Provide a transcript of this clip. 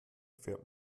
fährt